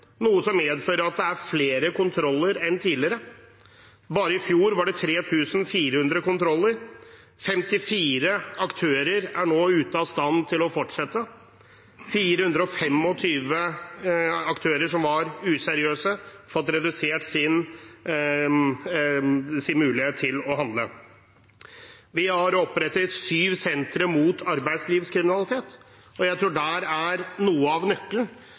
noe som medfører at det er flere kontroller enn tidligere. Bare i fjor var det 3 400 kontroller. 54 aktører er nå ute av stand til å fortsette. 425 aktører, som var useriøse, har fått redusert sin mulighet til å handle. Vi har opprettet syv sentre mot arbeidslivskriminalitet. Jeg tror noe av nøkkelen